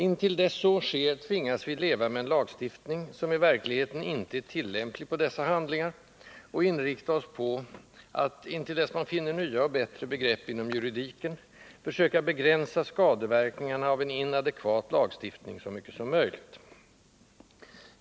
Intill dess så sker tvingas vi leva med en lagstiftning som i verkligheten inte är tillämplig på dessa handlingar och inrikta oss på att — i avvaktan på att man finner nya och bättre begrepp inom juridiken — försöka begränsa skadeverkningarna av en inadekvat lagstiftning så mycket som möjligt.